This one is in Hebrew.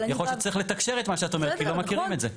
יכול להיות שצריך לתקשר את מה שאת אומרת כי לא מכירים את זה.